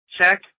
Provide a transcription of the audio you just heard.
Check